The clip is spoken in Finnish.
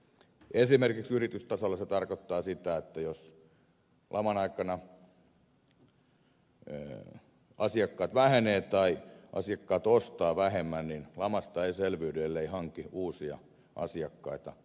esimerkiksi yritystasolla se tarkoittaa sitä että jos laman aikana asiakkaat vähenevät tai asiakkaat ostavat vähemmän niin lamasta ei selviydy ellei hanki uusia asiakkaita